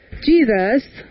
Jesus